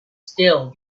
still